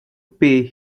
pay